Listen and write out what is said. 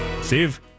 Steve